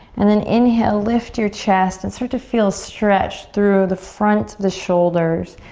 and then inhale, lift your chest, and start to feel stretched through the front, the shoulders,